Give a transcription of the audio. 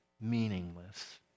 meaningless